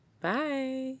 Bye